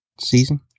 season